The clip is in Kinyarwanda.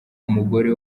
umugore